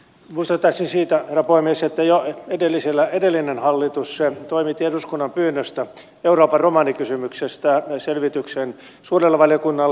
muistuttaisin siitä herra puhemies että jo edellinen hallitus toimitti eduskunnan pyynnöstä euroopan romanikysymyksestä selvityksen suurelle valiokunnalle